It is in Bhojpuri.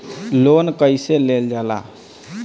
लोन कईसे लेल जाला?